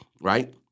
Right